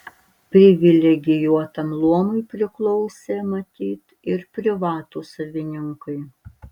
privilegijuotam luomui priklausė matyt ir privatūs savininkai